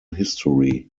history